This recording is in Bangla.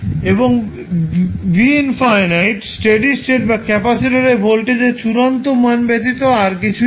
এবং v∞ স্টেডি স্টেট বা ক্যাপাসিটর এ ভোল্টেজের চূড়ান্ত মান ব্যতীত আর কিছুই নয়